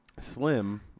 Slim